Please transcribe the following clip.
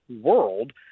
world